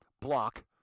block